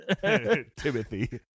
Timothy